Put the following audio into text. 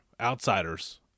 outsiders